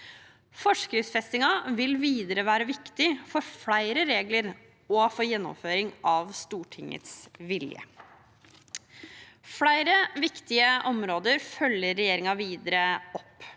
Forskriftsfestingen vil videre være viktig for flere regler og for gjennomføring av Stortingets vilje. Flere viktige områder følger regjeringen videre opp.